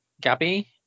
gabby